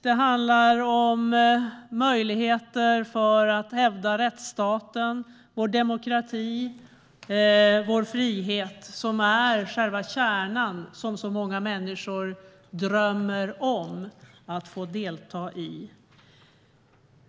Det handlar om möjligheter att hävda rättsstaten - vår demokrati och vår frihet, som är själva kärnan - som så många människor drömmer om att få delta i.